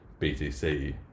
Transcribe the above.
BTC